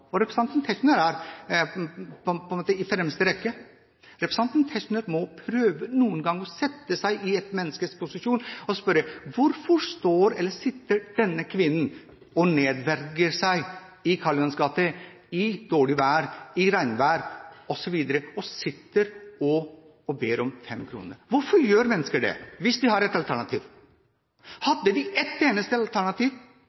fattigdom? Representanten Tetzschner er på en måte i fremste rekke. Representanten Tetzschner må noen ganger prøve å sette seg i et annet menneskes posisjon og spørre: Hvorfor sitter denne kvinnen og nedverdiger seg på Karl Johans gate i dårlig vær, i regnvær osv., og ber om 5 kr? Hvorfor gjør mennesker det hvis de har et alternativ?